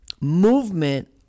movement